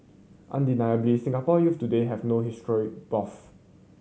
undeniably Singaporean youths today have no history buff